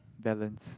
balance